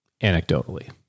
Anecdotally